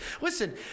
Listen